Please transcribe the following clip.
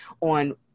on